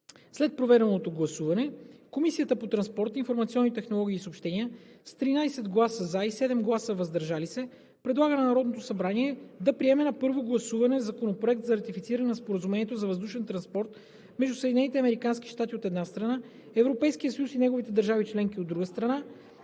След проведеното гласуване Комисията по транспорт, информационни технологии и съобщения с 13 гласа „за“ и 7 гласа „въздържал се“ предлага на Народното събрание да приеме на първо гласуване Законопроект за ратифициране на Споразумението за въздушен транспорт между Съединените американски щати, от една страна, Европейския съюз и неговите държави членки, от друга страна,